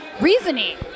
reasoning